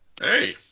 Hey